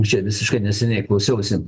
čia visiškai neseniai klausiausi